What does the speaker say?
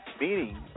Meaning